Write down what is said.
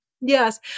Yes